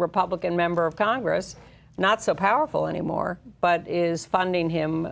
republican member of congress not so powerful anymore but is funding him